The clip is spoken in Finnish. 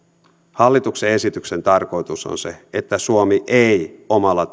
hallituksen esityksen tarkoitus on se että suomi ei omalla